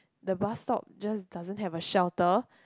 the bus stop just doesn't have a shelter